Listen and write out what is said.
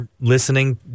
listening